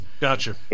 gotcha